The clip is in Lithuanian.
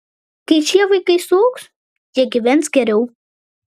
kai šie vaikai suaugs jie gyvens geriau